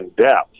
depth